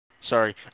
Sorry